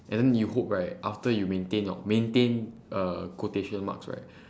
and then you hope right after you maintain your maintain uh quotation marks right